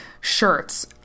Shirts